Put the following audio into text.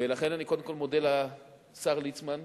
ולכן, אני קודם כול מודה לשר ליצמן.